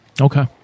Okay